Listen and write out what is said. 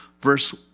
verse